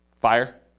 Fire